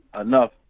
enough